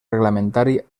reglamentari